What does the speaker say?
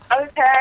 Okay